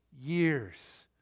years